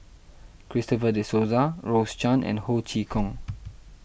Christopher De Souza Rose Chan and Ho Chee Kong